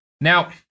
Now